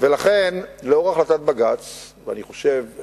ולכן, לאור החלטת בג"ץ, ואני חושב,